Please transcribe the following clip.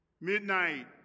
Midnight